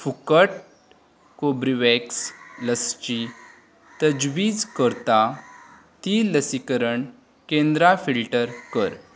फुकट कोर्बेवॅक्स लसीची तजवीज करता तीं लसीकरण केंद्रां फिल्टर कर